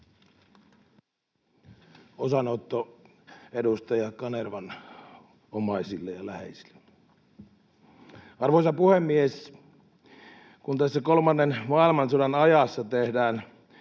Osanotto edustaja Kanervan omaisille ja läheisille. Arvoisa puhemies! Kun tässä kolmannen maailmansodan ajassa tehdään